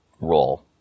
role